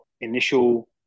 initial